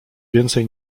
więcej